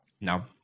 no